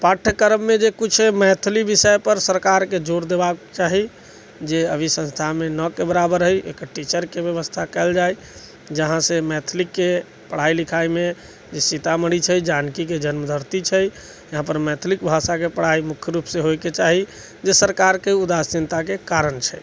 पाठ्यक्रममे जे किछु मैथिलि विषय पर सरकारके जोर देबाक चाही जे अभी संस्था मे नहिके बराबर हइ एकर टीचरके व्यवस्था कयल जाय जहाँ से मैथिलीके पढ़ाइ लिखाइमे जे सीतामढ़ी छै जानकीके जन्म धरती छै यहाँ पर मैथिली भाषाके पढ़ाइ मुख्य रूप से होइके चाही जे सरकारके उदासीनताके कारण छै